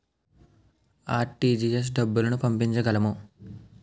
RTGS డబ్బులు పంపించగలము?